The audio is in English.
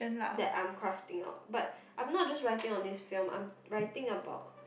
that I'm crafting out but I'm not just writing on this film I'm writing about